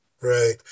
Right